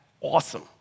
awesome